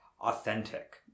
authentic